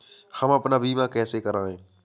हम अपना बीमा कैसे कराए?